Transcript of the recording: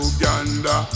Uganda